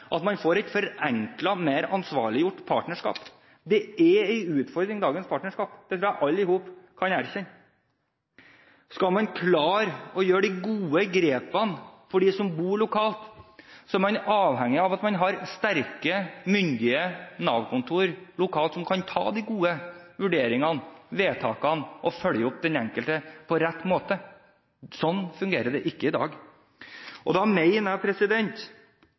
at man får et forenklet og mer ansvarliggjort partnerskap. Det er en utfordring med dagens partnerskap, det tror jeg alle sammen kan erkjenne. Skal man klare å gjøre de gode grepene for dem som bor lokalt, er man avhengig av at man har sterke, myndige Nav-kontor lokalt som kan ta de gode vurderingene, fatte vedtak og følge opp den enkelte på rett måte. Slik fungerer det ikke i dag. Da mener jeg